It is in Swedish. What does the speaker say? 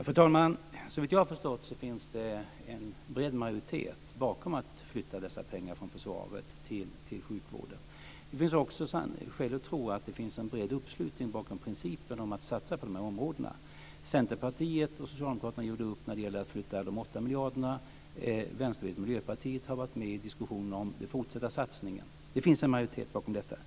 Fru talman! Såvitt jag har förstått finns det en bred majoritet bakom att flytta dessa pengar från försvaret till sjukvården. Det finns också skäl att tro att det finns en bred uppslutning bakom principen att satsa på de här områdena. Centerpartiet och Socialdemokraterna gjorde upp när det gällde att flytta de åtta miljarderna, Vänsterpartiet och Miljöpartiet har varit med i diskussionerna om den fortsatta satsningen. Det finns en majoritet bakom detta.